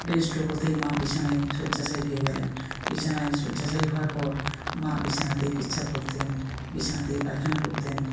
brain stroke হতেই মা বিছানায় শয্যাশায়ী হয়ে গেলেন বিছানায় শয্যাশায়ী হওয়ার পর মা বিছানাতেই পেচ্ছাপ করতেন বিছানাতেই পায়খানা করতেন